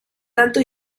tanto